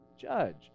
judge